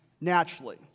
naturally